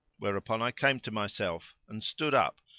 whereupon i came to myself and stood up,